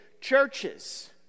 churches